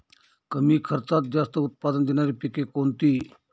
कमी खर्चात जास्त उत्पाद देणारी पिके कोणती?